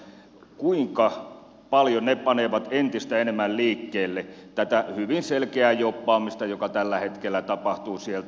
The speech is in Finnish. kuinka paljon ne panevat entistä enemmän liikkeelle tätä hyvin selkeää jobbaamista joka tällä hetkellä tapahtuu sieltä